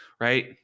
Right